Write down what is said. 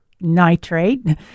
nitrate